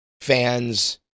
fans